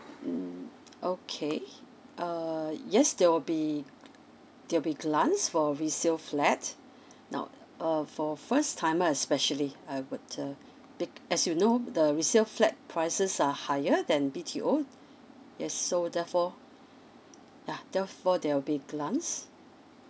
mm okay err yes there will be there will be glance for resale flat now err for first timer especially I would uh be as you know the resale flat prices are higher than B_T_O yes so therefore yeah therefore there will be glance